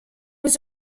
was